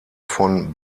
von